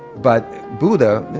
but buddha,